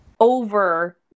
over